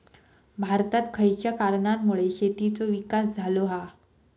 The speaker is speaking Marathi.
भारतात खयच्या कारणांमुळे शेतीचो विकास झालो हा?